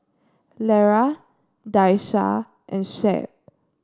Lera Daisha and Shep